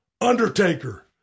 Undertaker